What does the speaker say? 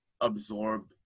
absorb